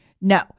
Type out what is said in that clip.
no